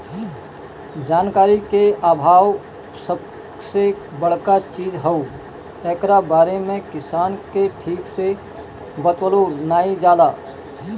जानकारी के आभाव सबसे बड़का चीज हअ, एकरा बारे में किसान के ठीक से बतवलो नाइ जाला